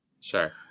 sure